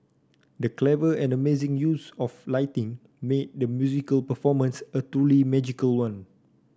the clever and amazing use of lighting made the musical performance a truly magical one